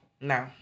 no